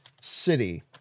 City